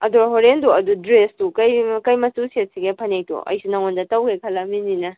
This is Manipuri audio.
ꯑꯗꯨ ꯍꯣꯔꯦꯟꯗꯨ ꯑꯗꯨ ꯗ꯭ꯔꯦꯁꯇꯨ ꯀꯩ ꯑꯣꯏꯅ ꯀꯩ ꯃꯆꯨ ꯁꯦꯠꯁꯤꯒꯦ ꯐꯅꯦꯛꯇꯨ ꯑꯩꯁꯨ ꯅꯪꯉꯣꯟꯗ ꯇꯧꯒꯦ ꯈꯜꯂꯝꯃꯤꯅꯤꯅꯦ